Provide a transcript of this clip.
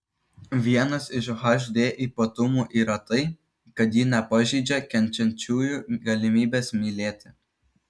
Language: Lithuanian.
vienas iš hd ypatumų yra tai kad ji nepažeidžia kenčiančiųjų galimybės mylėti